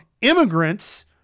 Immigrants